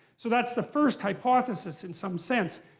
so that's the first hypothesis, in some sense.